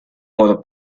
por